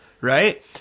Right